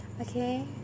okay